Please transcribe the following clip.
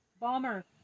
bomber